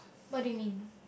what do you mean